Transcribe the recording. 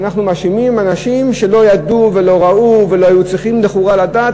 שאנחנו מאשימים אנשים שלא ידעו ולא ראו ולא היו צריכים לכאורה לדעת?